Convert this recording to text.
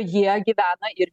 jie gyvena ir